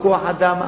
כוח-האדם,